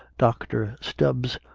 dr. stubbs,